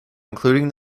including